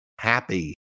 happy